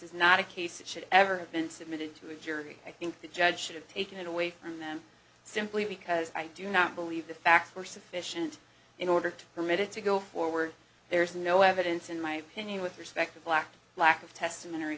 is not a case that should ever have been submitted to a jury i think the judge should have taken it away from them simply because i do not believe the facts are sufficient in order to permit it to go forward there is no evidence in my opinion with respect to black lack of test